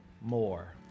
more